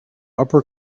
upper